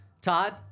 Todd